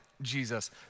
Jesus